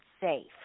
safe